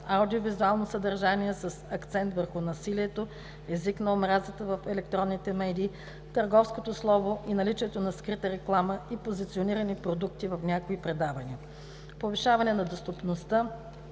аудио-визуално съдържание с акцент върху насилието; „Език на омразата” в електронните медии; търговското слово и наличието на скрита реклама и позиционирани продукти в някои предавания; - повишаване на достъпността